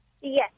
Yes